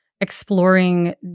exploring